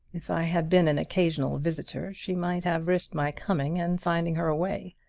if i had been an occasional visitor she might have risked my coming and finding her away.